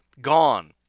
Gone